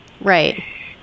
Right